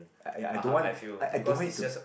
I I don't want I don't want it to